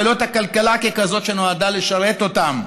ולא את הכלכלה ככזאת שנועדה לשרת אותם.